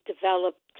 developed